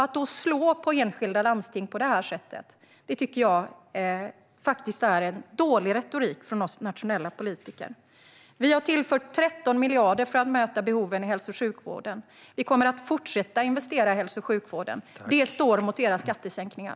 Att då slå på enskilda landsting på det här sättet tycker jag faktiskt är en dålig retorik från oss nationella politiker. Vi har tillfört 13 miljarder för att möta behoven i hälso och sjukvården, och vi kommer att fortsätta att investera i hälso och sjukvården. Det står emot era skattesänkningar.